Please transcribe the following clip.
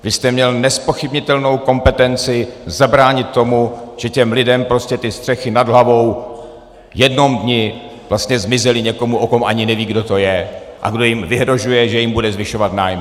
Vy jste měl nezpochybnitelnou kompetenci zabránit tomu, aby těm lidem ty střechy nad hlavou v jednom dni vlastně zmizely v někom, o kom ani neví, kdo to je, a kdo jim vyhrožuje, že jim bude zvyšovat nájmy.